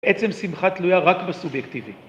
בעצם שמחה תלויה רק בסובייקטיבי.